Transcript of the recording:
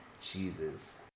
cheeses